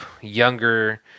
younger